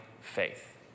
faith